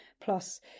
plus